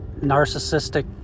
narcissistic